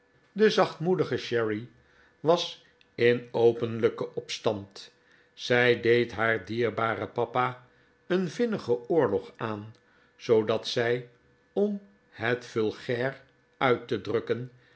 de zachtmoedige cherry was in openlijken opstand zij deed haar dierbaren papa een vinnigen oorlog aan zoodat zij om het vulgair uit te drukken